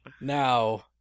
Now